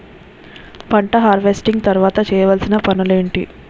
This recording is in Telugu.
పంట హార్వెస్టింగ్ తర్వాత చేయవలసిన పనులు ఏంటి?